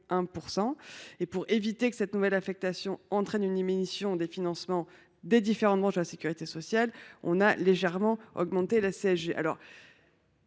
pour éviter que cette nouvelle affectation n’entraîne une diminution des financements des différentes branches de la sécurité, nous majorons légèrement le taux de la CSG.